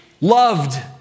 Loved